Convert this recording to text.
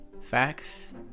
Facts